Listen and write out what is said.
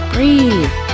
Breathe